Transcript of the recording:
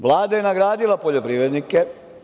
Vlada je nagradila poljoprivrednike.